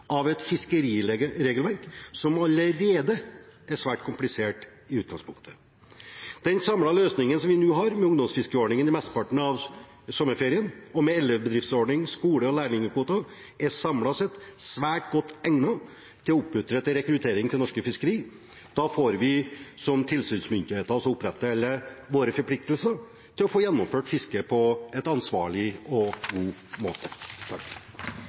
av et fiskeriregelverk som allerede i utgangspunktet er svært komplisert. Den løsningen vi nå har med ungdomsfiskeordning i mesteparten av sommerferien, og med elevbedriftsordning, skole- og lærlingekvoter er samlet sett svært godt egnet til å oppmuntre til rekruttering til norsk fiskeri. Da får vi som tilsynsmyndigheter også opprettholdt våre forpliktelser til å få gjennomført fisket på en ansvarlig og god måte.